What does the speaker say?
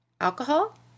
Alcohol